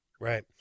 Right